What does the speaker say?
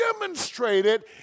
demonstrated